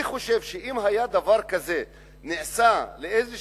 אני חושב שאם דבר כזה היה נעשה לאיזו